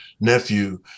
nephew